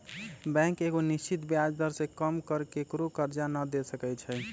bank एगो निश्चित ब्याज दर से कम पर केकरो करजा न दे सकै छइ